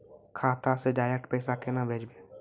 खाता से डायरेक्ट पैसा केना भेजबै?